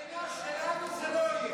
במדינה שלנו זה לא יהיה.